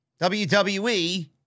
WWE